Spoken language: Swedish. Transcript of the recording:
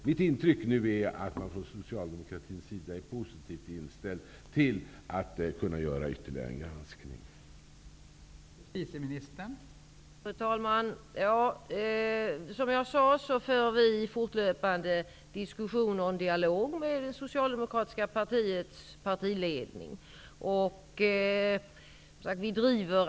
Mitt intryck är att man från socialdemokraternas sida nu är positivt inställd till att ytterligare en granskning görs.